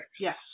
Yes